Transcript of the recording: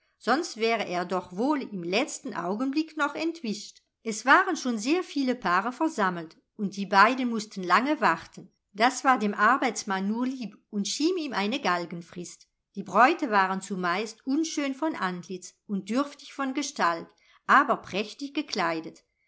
sonst wäre er doch wohl im letzten augenblick noch entwischt es waren schon sehr viele paare versammelt und die beiden mußten lange warten das war dem arbeitsmann nur lieb und schien ihm eine galgenfrist die bräute waren zumeist unschön von antlitz und dürftig von gestalt aber prächtig gekleidet